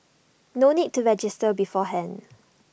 no need to register beforehand